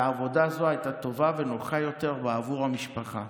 ועבודה זו הייתה טובה ונוחה יותר בעבור המשפחה.